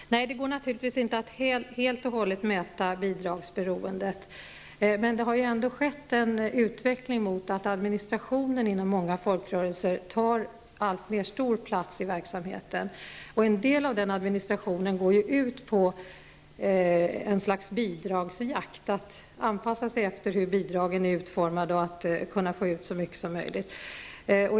Fru talman! Nej, det går naturligtivs inte att helt och hållet mäta bidragsberoendet. Men det har ju ändå skett en utveckling mot att administrationen inom många folkrörelser tar en allt större plats i verksamheten. En del av den administrationen går ut på ett slags bidragsjakt, dvs. att man anpassar sig efter hur bidragen är utformade för att kunna få ut så mycket som möjligt.